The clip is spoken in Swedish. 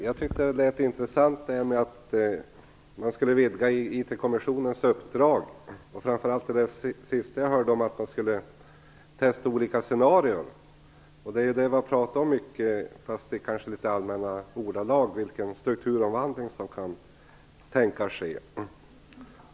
Herr talman! Jag tycker att det som sades om att man skall vidga IT-kommissionens uppdrag lät intressant, framför allt att man skall testa olika scenarion. Det har vi pratat mycket om i allmänna ordalag, vilken strukturomvandling som kan tänkas ske.